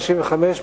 התשנ"ה 1995,